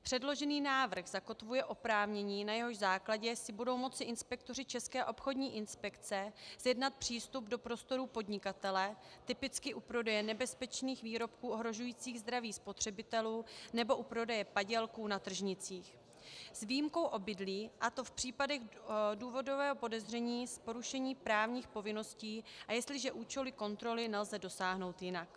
Předložený návrh zakotvuje oprávnění, na jehož základě si budou moci inspektoři České obchodní inspekce zjednat přístup do prostorů podnikatele, typicky u prodeje nebezpečných výrobků ohrožujících zdraví spotřebitelů nebo u prodeje padělků na tržnicích s výjimkou obydlí, a to v případech důvodného podezření z porušení právních povinností, a jestliže účely kontroly nelze dosáhnout jinak.